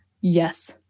Yes